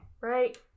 Right